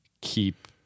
keep